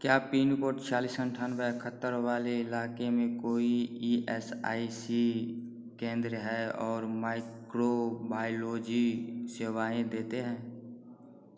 क्या पिनकोड छियालिस अंठानवे इकहत्तर वाले इलाके में कोई ई एस आई सी केंद्र है और माइक्रोबायलॉजी सेवाएँ देते हैं